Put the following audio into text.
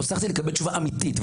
שום תשובה אמיתית,